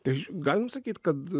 tai ž galim sakyt kad